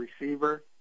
receiver